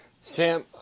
Sam